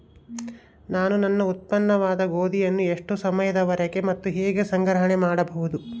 ನಾನು ನನ್ನ ಉತ್ಪನ್ನವಾದ ಗೋಧಿಯನ್ನು ಎಷ್ಟು ಸಮಯದವರೆಗೆ ಮತ್ತು ಹೇಗೆ ಸಂಗ್ರಹಣೆ ಮಾಡಬಹುದು?